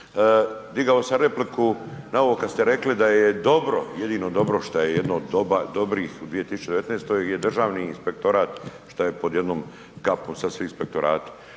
digao sam repliku na ovo kad ste rekli da je dobro, jedino dobro šta je jedno od dobrih u 2019. je državni inspektorat šta je pod jednom kapom sad svi inspektorati.